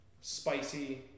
spicy